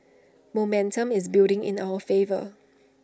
momentum is building in our favour